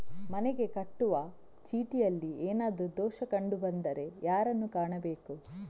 ಮನೆಗೆ ಕಟ್ಟುವ ಚೀಟಿಯಲ್ಲಿ ಏನಾದ್ರು ದೋಷ ಕಂಡು ಬಂದರೆ ಯಾರನ್ನು ಕಾಣಬೇಕು?